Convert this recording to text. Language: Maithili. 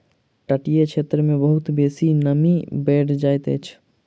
तटीय क्षेत्र मे बहुत बेसी नमी बैढ़ जाइत अछि